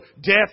death